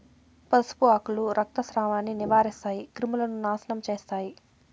పసుపు ఆకులు రక్తస్రావాన్ని నివారిస్తాయి, క్రిములను నాశనం చేస్తాయి